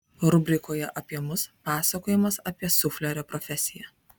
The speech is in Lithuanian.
rubrikoje apie mus pasakojimas apie suflerio profesiją